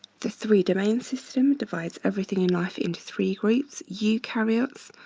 the three domain system divides everything in life into three groups. eukaryotes,